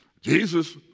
Jesus